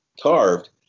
carved